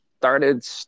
started